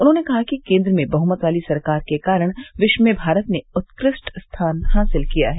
उन्होंने कहा कि केन्द्र में बहुमत वाली सरकार के कारण विश्व में भारत ने उत्कृष्ट स्थान हासिल किया है